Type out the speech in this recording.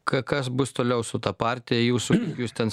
ka kas bus toliau su ta partija jūsų jūs ten